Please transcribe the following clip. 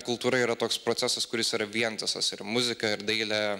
kultūra yra toks procesas kuris yra vientisas ir muzika ir dailė